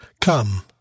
Come